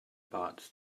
bots